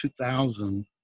2000